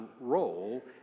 role